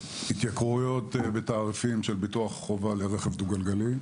התייקרויות בתעריפים של ביטוח חובה לרכב דו גלגלי.